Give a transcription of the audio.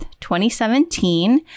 2017